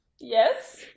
Yes